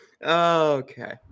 okay